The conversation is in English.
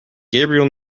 gabriel